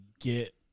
get